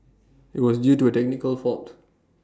IT was due to A technical fault